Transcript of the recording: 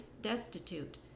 destitute